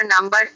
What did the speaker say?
number